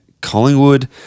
Collingwood